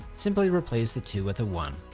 simply replace the two with a one.